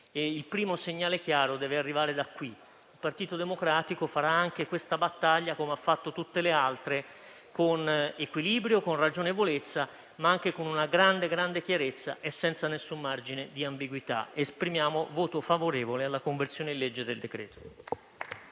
Il primo segnale chiaro deve arrivare da qui e il Partito Democratico condurrà anche questa battaglia, come tutte le altre, con equilibrio, con ragionevolezza, ma anche con una grande chiarezza e senza alcun margine di ambiguità. Esprimiamo pertanto un voto favorevole sulla conversione in legge del decreto-legge.